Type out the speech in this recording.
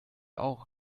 auch